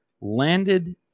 landed